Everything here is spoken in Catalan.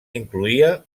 incloïa